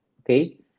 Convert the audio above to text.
Okay